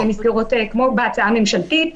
כמו בהצעה הממשלתית,